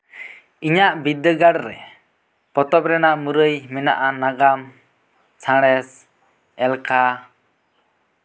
ᱤᱧᱟᱹᱜ ᱵᱤᱨᱫᱟᱹᱜᱟᱲ ᱨᱮ ᱯᱚᱛᱚᱵ ᱨᱮᱭᱟᱜ ᱢᱩᱨᱟᱹᱭ ᱢᱮᱱᱟᱜᱼᱟ ᱱᱟᱜᱟᱢ ᱥᱟᱬᱮᱥ ᱮᱞᱠᱷᱟ